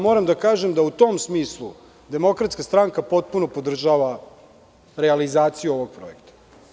Moram da kažem da u tom smislu DS potpuno podržava realizaciju ovog projekta.